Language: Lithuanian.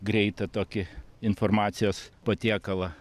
greitą tokį informacijos patiekalą